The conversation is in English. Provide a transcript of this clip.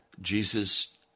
Jesus